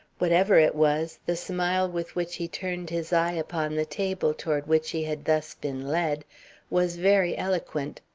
whatever it was, the smile with which he turned his eye upon the table toward which he had thus been led was very eloquent.